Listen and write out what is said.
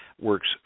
works